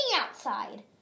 outside